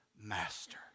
master